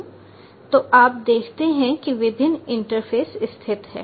तो आप देखते हैं कि विभिन्न इंटरफेस स्थित हैं